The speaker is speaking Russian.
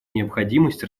необходимость